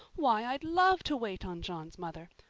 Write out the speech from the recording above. why, i'd love to wait on john's mother!